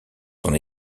son